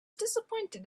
disappointed